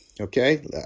okay